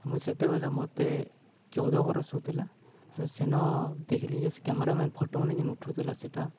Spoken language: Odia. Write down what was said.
ଆ ମୁଁ ସେତେବେଳେ ମୋତେ ଚଉଦ ବରଷ ହଉଥିଲା ଆରୁ ସେନ ଦେଖିଲି ଯେ ସେ କ୍ୟାମେରାମ୍ୟାନ ଫଟୋମାନ କେନ୍ ଉଠଉ ଥିଲା ସେଇଟା